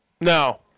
No